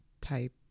type